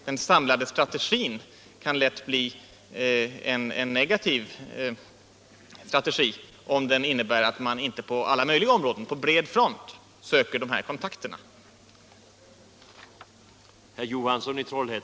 Den samlande strategin kan lätt bli en negativ strategi, om den innebär att man inte på alla möjliga områden, på bred front, söker upprätthålla dessa kontakter.